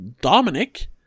Dominic